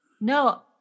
no